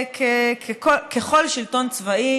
שככל שלטון צבאי